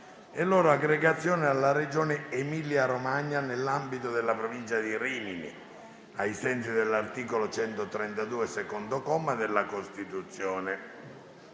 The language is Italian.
e loro aggregazione alla regione Emilia-Romagna, nell'ambito della provincia di Rimini, ai sensi dell'articolo 132, secondo comma, della Costituzione***